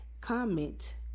comment